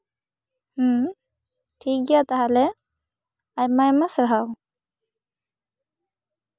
ᱴᱷᱤᱠᱜᱮᱭᱟ ᱛᱟᱦᱚᱞᱮ ᱟᱭᱢᱟᱼᱟᱭᱢᱟ ᱥᱟᱨᱦᱟᱣ